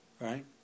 Right